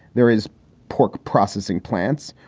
there is pork processing plants,